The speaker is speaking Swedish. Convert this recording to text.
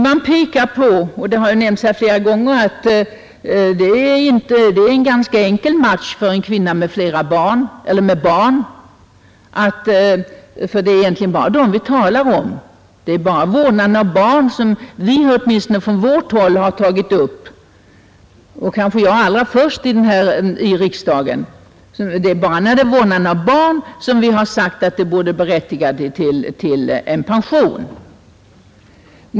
Man har nämnt här flera gånger, att detta är en ganska enkel match för kvinnor med barn, och det är egentligen bara dem vi talar om. Det är bara vårdnaden om barnen som vi, åtminstone från vårt håll, tagit upp och kanske jag själv allra först i riksdagen. Det är bara när det gäller vårdnaden om barn som vi sagt att det borde berättiga till en pension.